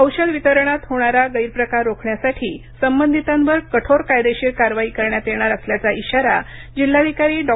औषध वितरणात होणारा गैरप्रकार रोखण्यासाठी संबंधितांवर कठोर कायदेशीर कारवाई करण्यात येणार असल्याचा इशारा जिल्हाधिकारी डॉ